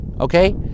okay